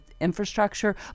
infrastructure